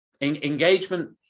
Engagement